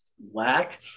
Whack